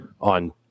on